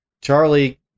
Charlie